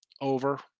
Over